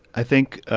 i think,